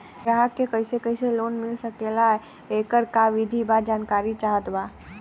ग्राहक के कैसे कैसे लोन मिल सकेला येकर का विधि बा जानकारी चाहत बा?